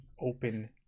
open